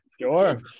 Sure